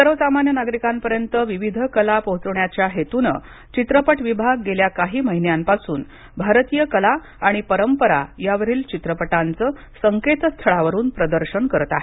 सर्व सामान्य नागरिकांपर्यंत विविध कला पोहोचवण्याच्या हेतूनं चित्रपट विभाग गेल्या काही महिन्यांपासून भारतीय कला आणि परंपरा यावरील चित्रपटांचं संकेतस्थळावरून प्रदर्शन करत आहे